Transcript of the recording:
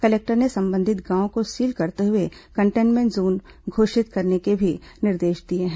collector ने संबंधित गांवों को सील करते हुए कंटेनमेंट जोन घोषित करने के भी निर्देश दिए हैं